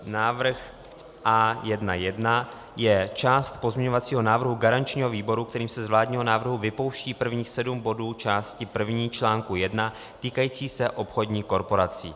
Návrh A1.1 je část pozměňovacího návrhu garančního výboru, kterým se z vládního návrhu vypouští prvních sedm bodů části první článku 1 týkajících se obchodních korporací.